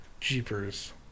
jeepers